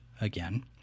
again